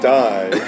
die